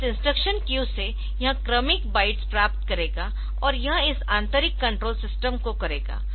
तो इस instruction queue से यह क्रमिक बाइट्स प्राप्त करेगा और यह इस आंतरिक कंट्रोल सिस्टम को करेगा